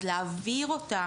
אז להעביר אותה